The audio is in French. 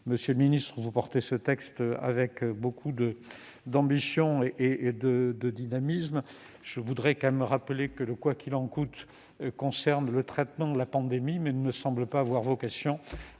Monsieur le ministre, vous portez ce texte avec beaucoup d'ambition et dynamisme. Je le rappelle, le « quoi qu'il en coûte » concerne le traitement de la pandémie ; il ne semble pas avoir vocation